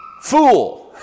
Fool